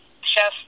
Chef